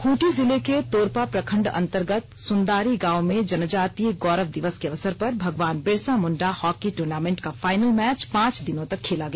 खूँटी जिले के तोरपा प्रखण्ड अन्तर्गत सुन्दारी गाँव में जनजातीय गौरव दिवस के अवसर पर भगवान बिरसा मुण्डा हॉकी टूर्नामेंट का फाइनल मैच पांच दिनों तक खेला गया